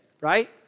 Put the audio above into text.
right